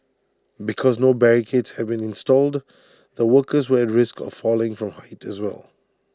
because no barricades had been installed the workers were at risk of falling from height as well